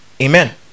Amen